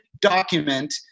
document